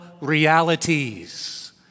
realities